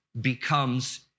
becomes